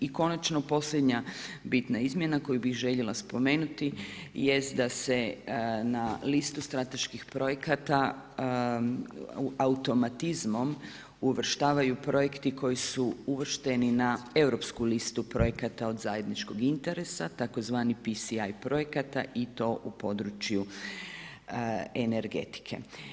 I konačno posljednja bitna izmjena koju bi željela spomenuti jest da se na listu strateških projekata automatizmom uvrštavaju projekti koji su uvršteni na europsku listu projekata od zajedničkog interesa, tzv. PCI projekata i to u području energetike.